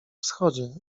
wschodzie